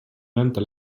vänta